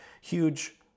huge